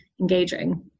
engaging